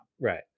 Right